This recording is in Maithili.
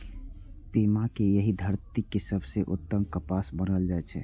पीमा कें एहि धरतीक सबसं उत्तम कपास मानल जाइ छै